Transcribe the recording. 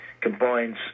combines